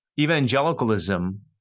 Evangelicalism